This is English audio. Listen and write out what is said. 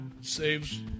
saves